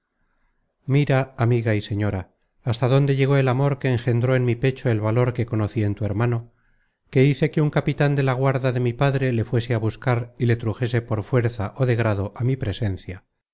mira amiga y señora hasta dónde llegó el amor que engendró en mi pecho el valor que conocí en tu hermano que hice que un capitan de la guarda de mi padre le fuese á buscar y le trujese por fuerza ó de grado á mi presencia